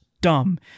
dumb